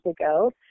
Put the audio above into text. ago